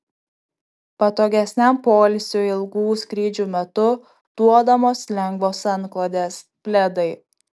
patogesniam poilsiui ilgų skrydžių metu duodamos lengvos antklodės pledai